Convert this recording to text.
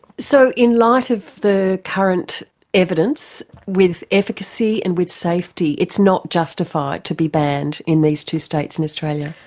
so in light of the current evidence with efficacy and with safety, it's not justified to be banned in these two states in australia.